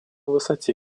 высоте